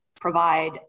provide